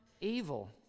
evil